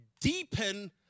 deepen